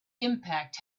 impact